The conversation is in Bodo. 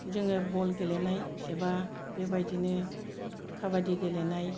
जोङो बल गेलेनाय एबा बेबायदिनो काबादि गेलेनाय